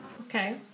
Okay